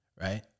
Right